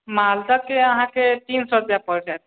मालदा के अहाँकेॅं तीन सए रुपैआ पड़ि जायत